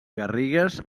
garrigues